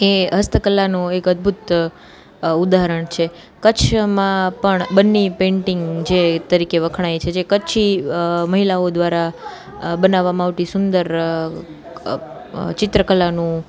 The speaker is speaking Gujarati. એ હસ્તકલાનું એક અદભુત ઉદાહરણ છે કચ્છમાં પણ બન્ની પેંટિંગ જે તરીકે વખણાય છે કે જે કચ્છી મહિલાઓ દ્વારા બનાવામાં આવતી સુંદર ચિત્રકલાનું